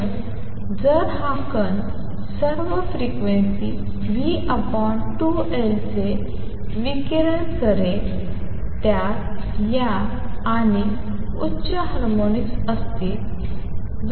तर जर हा कण सर्व फ्रिक्वेन्सी v2L चे विकिरण करेल त्यात या आणि उच्च हार्मोनिक्स असतील